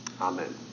Amen